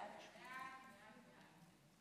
ההצעה להעביר את הצעת חוק עבודת נשים (תיקון מס'